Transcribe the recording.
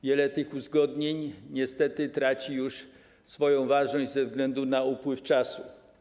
Wiele tych uzgodnień niestety traci już swoją ważność ze względu na upływ czasu.